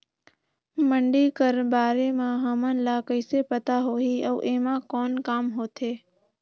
मंडी कर बारे म हमन ला कइसे पता होही अउ एमा कौन काम होथे?